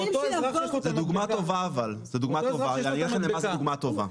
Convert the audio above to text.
זה דוגמא טובה, אני אראה לכם למה זה דוגמא טובה.